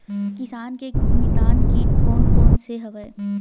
किसान के मितान कीट कोन कोन से हवय?